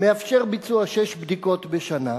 מאפשר ביצוע שש בדיקות בשנה,